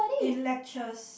in lectures